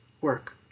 work